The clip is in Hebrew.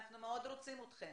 אנחנו מאוד רוצים אתכם,